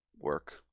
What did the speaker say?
Work